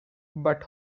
but